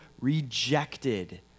rejected